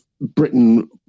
Britain